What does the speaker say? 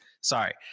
Sorry